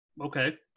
Okay